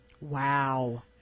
Wow